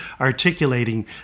articulating